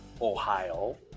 Ohio